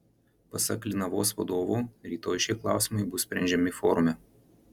pasak linavos vadovo rytoj šie klausimai bus sprendžiami forume